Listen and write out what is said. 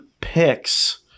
picks